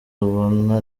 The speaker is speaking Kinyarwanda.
rubona